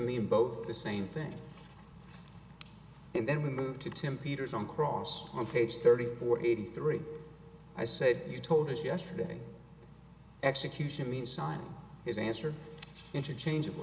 mean both the same thing and then we moved to tempe eater's on cross on page thirty or eighty three i said you told us yesterday execution means sign his answer interchangeabl